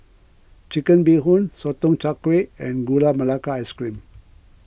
Chicken Bee Hoon Sotong Char Kway and Gula Melaka Ice Cream